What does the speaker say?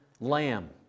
lamb